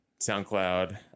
SoundCloud